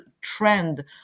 trend